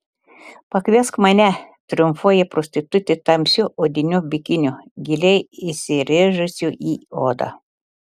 pakviesk mane triumfuoja prostitutė tamsiu odiniu bikiniu giliai įsirėžusiu į odą